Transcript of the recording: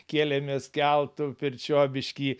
kėlėmės keltu per čiobiškį